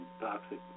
toxic